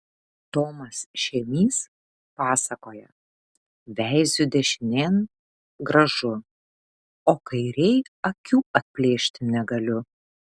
tomas šėmys pasakoja veiziu dešinėn gražu o kairėj akių atplėšti negaliu